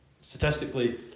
Statistically